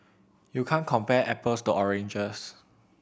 you can't compare apples to oranges